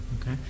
Okay